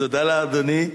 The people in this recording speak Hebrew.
תודה לאדוני.